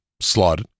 slot